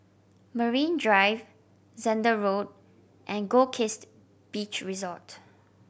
Marine Drive Zehnder Road and Goldkist Beach Resort